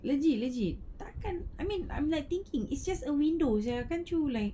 legit legit tak akan I mean I'm like thinking it's just a window sia can't you like